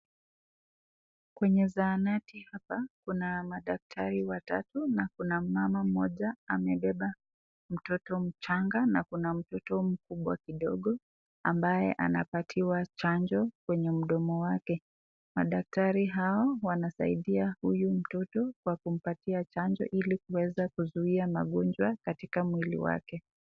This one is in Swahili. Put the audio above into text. Kwenye zahanati hapa, kuna madaktari watatu na kuna mama mmoja amebeba mtoto mchanga na kuna mtoto mkubwa kidogo ambaye anapatiwa chanjo kwenye mdomo wake. Madaktari hao wanasaidia huyu mtoto kwa kumpatia chanjo ili kuweza kuzuia magonjwa katika mwili wake.